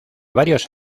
varios